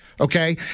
Okay